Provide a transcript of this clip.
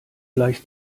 gleich